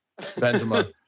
Benzema